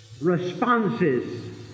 responses